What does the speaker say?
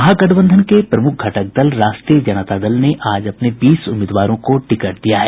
महागठबंधन के प्रमुख घटक दल राष्ट्रीय जनता दल ने आज अपने बीस उम्मीदवारों को टिकट दिया है